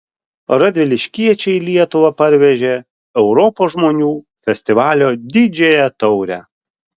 radviliškiečiai į lietuvą parvežė europos žmonių festivalio didžiąją taurę